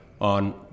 on